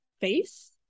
face